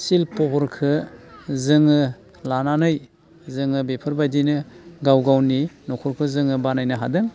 शिल्पफोरखो जोङो लानानै जोङो बेफोरबायदिनो गाव गावनि न'खरखो जोङो बानायनो हादों